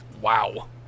Wow